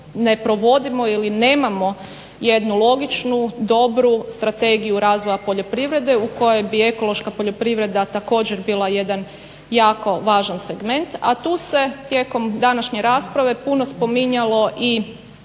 ne provodimo ili nemamo jednu logičnu dobru Strategiju razvoja poljoprivrede u kojoj bi ekološka poljoprivreda također bila jedan jako važan segment, a tu se tijekom današnje rasprave puno spominjalo i